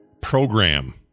Program